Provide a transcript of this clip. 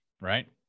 Right